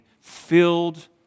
filled